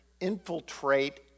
infiltrate